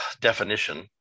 definition